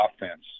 offense